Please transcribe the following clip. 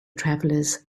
travelers